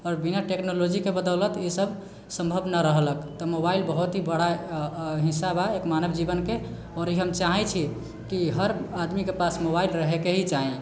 आओर बिना टेक्नोलोजीके बदौलत ई सभ सम्भव नहि रहलक तऽ मोबाइल बहुत ही बड़ा हिस्सा बा मानव जीवनके आओर ई हम चाहैत छी कि हर आदमीके पास मोबाइल रहैके ही चाही